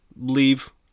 leave